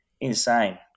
insane